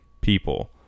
people